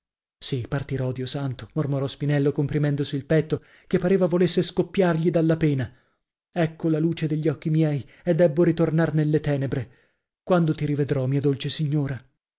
sì partirò dio santo mormorò spinello comprimendosi il petto che pareva volesse scoppiargli dalla pena ecco la luce degli occhi miei e debbo ritornar nelle tenebre quando ti rivedrò mia dolce signora